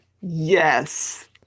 Yes